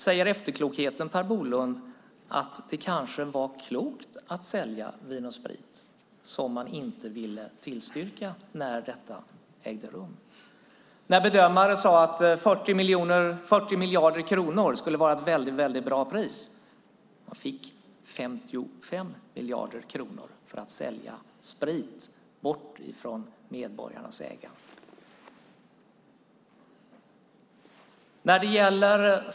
Säger efterklokheten Per Bolund att det kanske var klokt att sälja Vin & Sprit, som man inte ville tillstyrka när det ägde rum? Då sade bedömare att 40 miljarder kronor skulle vara ett väldigt bra pris. Man fick 55 miljarder kronor för att sälja sprit bort från medborgarnas ägande.